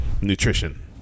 nutrition